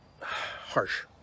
harsh